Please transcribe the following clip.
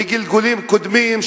בגלגולים קודמים,